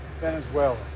Venezuela